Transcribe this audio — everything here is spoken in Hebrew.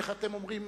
איך אתם אומרים,